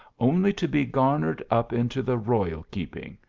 only to be garnered up into the royal k ping.